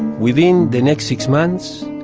within the next six months,